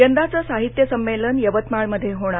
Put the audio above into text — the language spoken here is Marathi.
यंदाचं साहित्य संमेलन यवतमाळमध्ये होणार